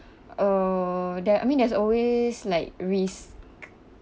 uh there I mean there's always like risk